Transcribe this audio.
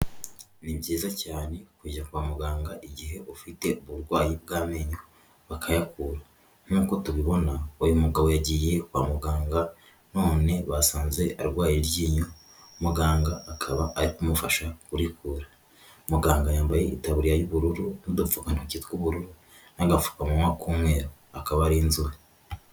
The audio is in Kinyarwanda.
Ni byiza cyane kujya kwa muganga igihe ufite uburwayi bw'amenyo bakayakura. Nk'uko tubibona uyu mugabo yagiye kwa muganga none basanze arwaye iryinyo, muganga akaba ari kumufasha kurikura. Muganga yambaye ibitaburiya y'ubururu n'udupfukantoki tw'ubururu n'agapfukamunwa k'umweru, akaba ari inzobe.